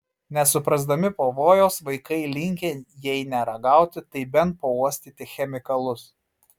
nesuprasdami pavojaus vaikai linkę jei ne ragauti tai bent pauostyti chemikalus